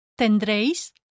tendréis